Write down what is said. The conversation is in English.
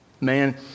Man